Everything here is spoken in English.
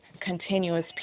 continuous